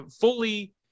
fully